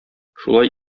шулай